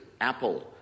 Apple